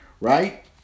right